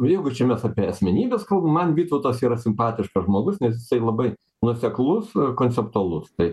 jeigu čia mes apie asmenybes kalbam man vytautas yra simpatiškas žmogus nes jisai labai nuoseklus konceptualus tai